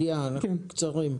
אנחנו קצרים.